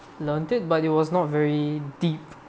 learnt it but it was not very deep